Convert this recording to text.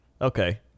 okay